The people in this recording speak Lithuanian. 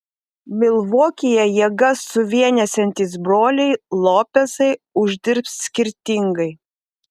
milvokyje jėgas suvienysiantys broliai lopezai uždirbs skirtingai